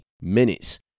minutes